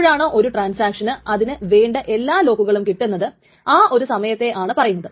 കാരണം ഇവിടെ ട്രാൻസാക്ഷനുവേണ്ടി ഒരു മുൻഗണനക്രമം ടൈം സ്റ്റാമ്പ് അടിസ്ഥാനത്തിൽ ഉണ്ടാക്കുന്നുണ്ട്